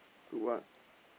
to what